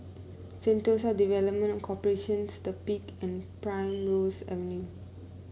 Sentosa Development Corporation The Peak and Primrose Avenue